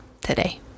today